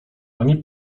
ani